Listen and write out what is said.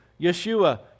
Yeshua